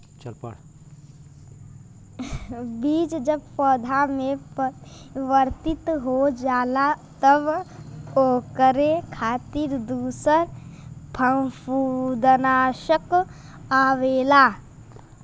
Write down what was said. बीज जब पौधा में परिवर्तित हो जाला तब ओकरे खातिर दूसर फंफूदनाशक आवेला